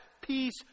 peace